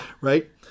Right